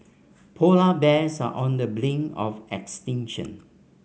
polar bears are on the brink of extinction